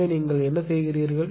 எனவே நீங்கள் என்ன செய்கிறீர்கள்